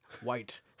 White